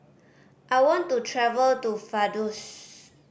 I want to travel to Vaduz